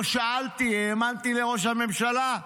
לא שאלתי, האמנתי לראש הממשלה.